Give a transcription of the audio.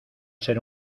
ser